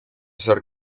ser